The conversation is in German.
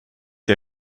der